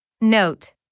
Note